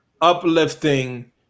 uplifting